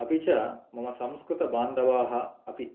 अपि च मम संस्कृतबान्धवाः अपि